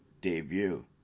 debut